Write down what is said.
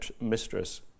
mistress